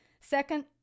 Second